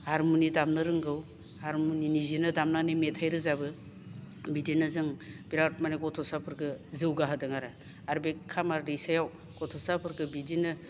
हारमुनि दामनो रोंगौ हारमुनि निजेनो दामनानै मेथाइ रोजाबो बिदिनो जों बेराद माने गथ'साफोरखौ जौगाहोदों आरो आरो बे खामार दैसायाव गथ'साफोरखौ बिदिनो